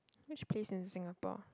which place in Singapore